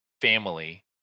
family